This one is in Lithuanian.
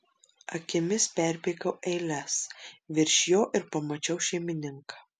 akimis perbėgau eiles virš jo ir pamačiau šeimininką